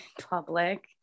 public